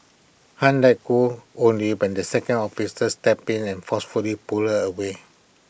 han let go only when the second officer stepped in and forcefully pulled her away